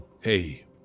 Hey